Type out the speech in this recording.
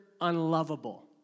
unlovable